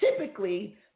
typically